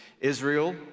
Israel